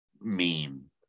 meme